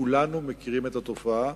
וכולנו מכירים את התופעה.